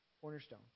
Cornerstone